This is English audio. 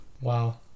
Wow